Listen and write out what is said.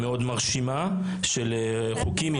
מאוד מרשימה של חוקים.